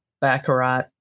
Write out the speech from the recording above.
baccarat